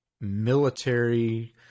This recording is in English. military